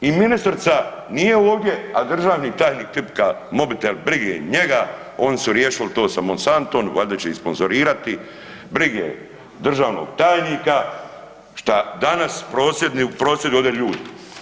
I ministrica nije ovdje, a državni tajnik tipka mobitel, brige njega oni su riješili to sa Monsantom, valjda će ih sponzorirati, brige državnog tajnika šta danas prosvjeduju, prosvjeduju ovdje ljudi.